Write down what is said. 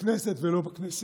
בכנסת ולא בכנסת,